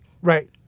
Right